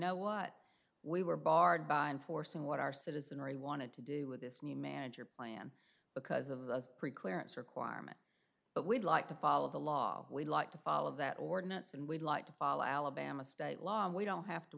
know what we were barred by enforcing what our citizenry wanted to do with this new manager plan because of the preclearance requirement but we'd like to follow the law we'd like to follow that ordinance and we'd like to follow alabama state law and we don't have to